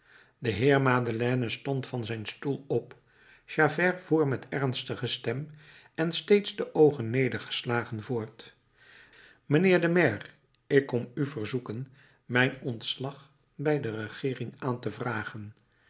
de heer madeleine stond van zijn stoel op javert voer met ernstige stem en steeds de oogen nedergeslagen voort mijnheer de maire ik kom u verzoeken mijn ontslag bij de regeering aan te vragen